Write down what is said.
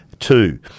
Two